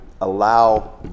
allow